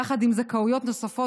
יחד עם זכאויות נוספות